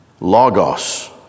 Logos